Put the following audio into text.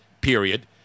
period